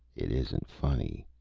it isn't funny.